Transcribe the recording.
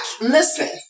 Listen